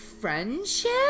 Friendship